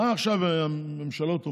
מה עכשיו הממשלות אומרות?